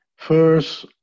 First